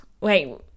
Wait